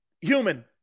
Human